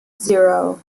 zero